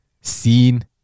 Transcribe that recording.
seen